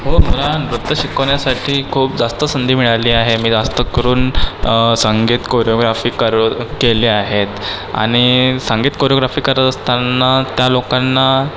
हो मला नृत्य शिकवण्यासाठी खूप जास्त संधी मिळाली आहे मी जास्त करून संगीत कोरीओग्राफी करू केले आहेत आणि संगीत कोरीओग्राफी करत असताना त्या लोकांना